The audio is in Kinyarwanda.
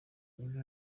inka